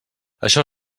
això